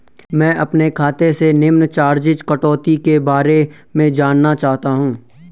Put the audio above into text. मैं अपने खाते से निम्न चार्जिज़ कटौती के बारे में जानना चाहता हूँ?